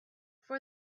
for